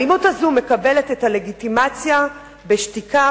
האלימות הזאת מקבלת את הלגיטימציה בשתיקה,